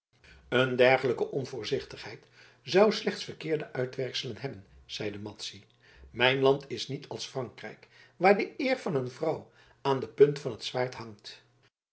een dergelijke onvoorzichtigheid zou slechts verkeerde uitwerkselen hebben zeide madzy mijn land is niet als frankrijk waar de eer van een vrouw aan de punt van t zwaard hangt